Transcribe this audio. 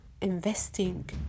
investing